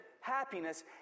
happiness